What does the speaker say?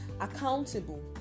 Accountable